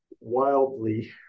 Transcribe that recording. wildly